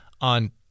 on